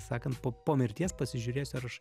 sakan po po mirties pasižiūrėsiu ar aš